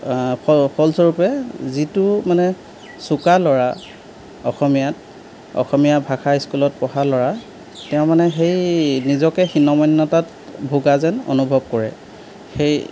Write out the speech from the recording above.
ফলস্বৰূপে যিটো মানে চোকা ল'ৰা অসমীয়াত অসমীয়া ভাষা স্কুলত পঢ়া ল'ৰা তেওঁ মানে সেই নিজকে হিনমান্যতাত ভুগা যেন অনুভৱ কৰে সেই